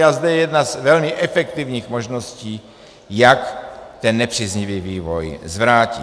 A zde je jedna z velmi efektivních možností, jak ten nepříznivý vývoj zvrátit.